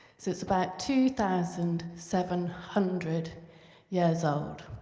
so it's about two thousand seven hundred years old.